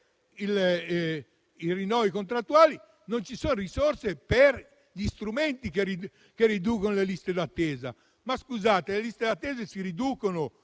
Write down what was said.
i rinnovi contrattuali, non ci sono risorse per gli strumenti che riducano le liste d'attesa. Le liste d'attesa si riducono